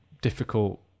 difficult